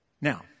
Now